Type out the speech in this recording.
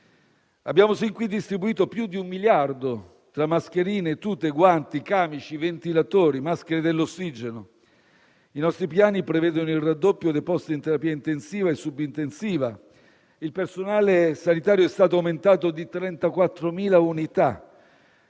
Abbiamo sin qui distribuito più di un miliardo tra mascherine, tute, guanti, camici, ventilatori, maschere dell'ossigeno; i nostri piani prevedono il raddoppio dei posti in terapia intensiva e subintensiva. Il personale sanitario è stato aumentato di 34.000 unità;